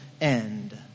end